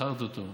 סכרת אותו,